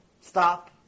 stop